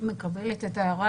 אני לחלוטין מקבלת את ההערה.